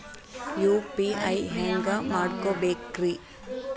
UPI ಹ್ಯಾಂಗ ಮಾಡ್ಕೊಬೇಕ್ರಿ?